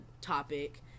topic